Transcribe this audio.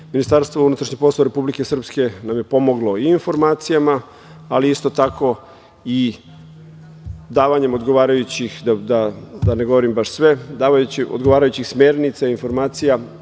Ministarstvo unutrašnjih poslova Republike Srpske nam je pomoglo i informacijama, ali isto tako i davanjem odgovarajućih, da ne govorim baš sve, smernica, informacija